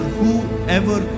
whoever